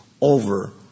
over